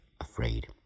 afraid